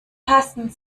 passen